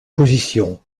position